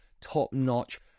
top-notch